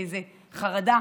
באיזה חרדה